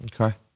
okay